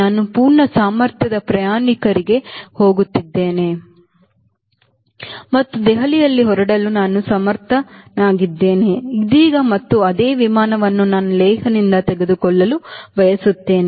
ನಾನು ಪೂರ್ಣ ಸಾಮರ್ಥ್ಯದ ಪ್ರಯಾಣಿಕರಿಗೆ ಹೋಗುತ್ತಿದ್ದೇನೆ ಮತ್ತು ದೆಹಲಿಯಲ್ಲಿ ಹೊರಡಲು ನಾನು ಸಮರ್ಥನಾಗಿದ್ದೇನೆ ಇದೀಗ ಮತ್ತು ಅದೇ ವಿಮಾನವನ್ನು ನಾನು ಲೇಹ್ನಿಂದ ತೆಗೆದುಕೊಳ್ಳಲು ಬಯಸುತ್ತೇನೆ